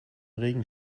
regen